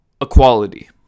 equality